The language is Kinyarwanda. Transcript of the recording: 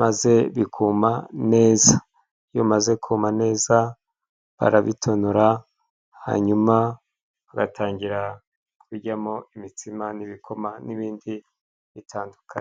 maze bikuma neza. Iyo umaze kuma neza barabitonora hanyuma bagatangira kuryamo imitsima n'ibikoma n'ibindi bitandukanye.